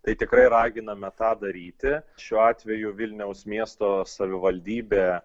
tai tikrai raginame tą daryti šiuo atveju vilniaus miesto savivaldybė